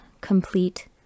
complete